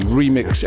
remix